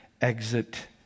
exit